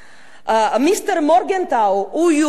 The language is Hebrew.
מיסטר מורגנטאו הוא יהודי,